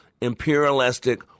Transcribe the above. imperialistic